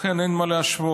לכן, אין מה להשוות.